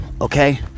okay